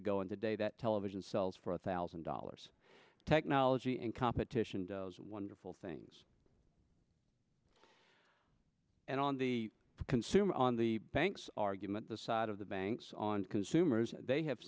ago and today that television sells for a thousand dollars technology and competition does wonderful things and on the consumer on the banks argument the side of the banks on consumers they have